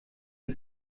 wir